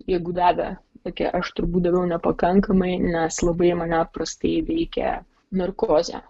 jeigu davę tokie aš turbūt daviau nepakankamai nes labai mane prastai veikė narkozė